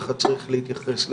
ככה צריך להתייחס לזה.